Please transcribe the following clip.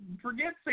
Forget